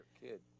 kid